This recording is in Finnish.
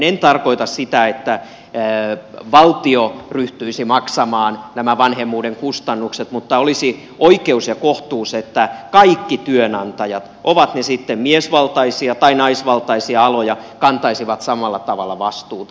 en tarkoita sitä että valtio ryhtyisi maksamaan nämä vanhemmuuden kustannukset mutta olisi oikeus ja kohtuus että kaikki työnantajat ovat ne sitten miesvaltaisia tai naisvaltaisia aloja kantaisivat samalla tavalla vastuuta